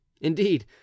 indeed